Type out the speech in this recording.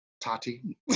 Tati